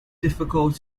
difficult